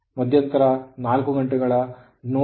ಮಧ್ಯಂತರ ನಾಲ್ಕು 4 ಗಂಟೆಗಳ ನೋ ಲೋಡ್